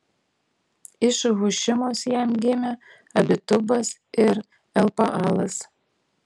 iš hušimos jam gimė abitubas ir elpaalas